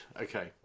okay